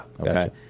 Okay